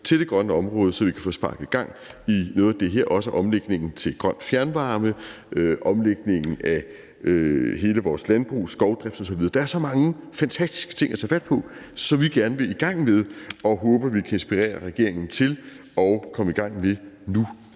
til det grønne område, så vi kan få sparket gang i noget af det her, også omlægningen til grøn fjernvarme, omlægningen af hele vores landbrug, skovdrift osv. Der er så mange fantastiske ting at tage fat på, som vi gerne vil i gang med og håber vi kan inspirere regeringen til at komme i gang med nu.